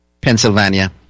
Pennsylvania